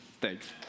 Thanks